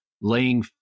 laying